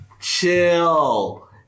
Chill